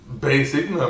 basic